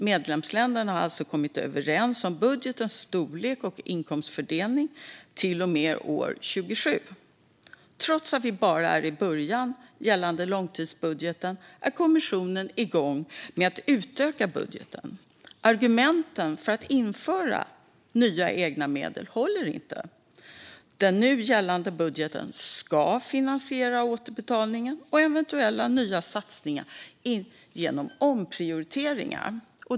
Medlemsländerna har alltså kommit överens om budgetens storlek och inkomstfördelning till och med 2027. Trots att vi bara är i början av långtidsbudgeten är kommissionen igång med att utöka budgeten. Argumenten för att införa nya egna medel håller inte. Den nu gällande budgeten ska finansiera återbetalningen och eventuella nya satsningar genom omprioriteringar.